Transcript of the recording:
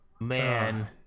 man